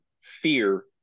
fear